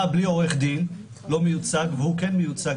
באה בלי עורך דין והוא כן מיוצג,